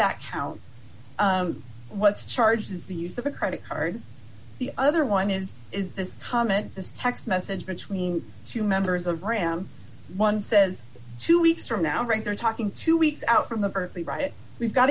that count what's charged is the use of a credit card the other one is is this common this text message between two members of ram one says two weeks from now right there talking two weeks out from the earthly right we've got